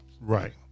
Right